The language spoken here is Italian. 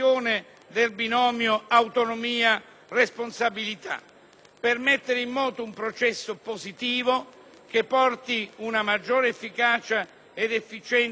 per mettere in moto un processo positivo che porti maggiore efficacia ed efficienza all'amministrazione pubblica nel suo complesso.